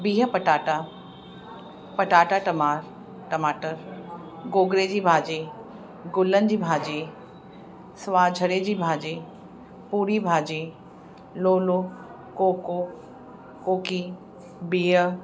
बिह पटाटा पटाटा टमा टमाटर गोगड़े जी भाॼी गुलनि जी भाॼी स्वांजरे जी भाॼी पूरी भाॼी लोलो कोको कोकी बिह